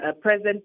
present